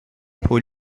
pour